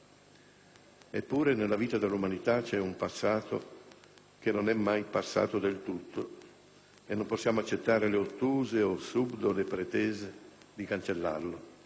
Eppure, nella vita dell'umanità c'è un passato che non è mai passato del tutto e non possiamo accettare le ottuse o subdole pretese di cancellarlo.